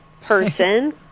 person